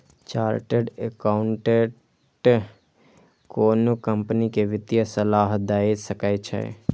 chartered accountant कोनो company कें वित्तीय सलाह दए सकै छै